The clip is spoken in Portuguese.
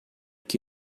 que